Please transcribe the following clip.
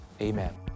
amen